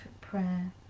prayer